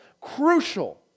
Crucial